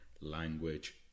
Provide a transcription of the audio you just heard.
language